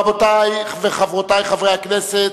רבותי חברי הכנסת,